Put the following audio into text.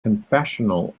confessional